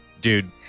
dude